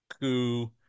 coup